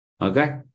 Okay